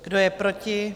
Kdo je proti?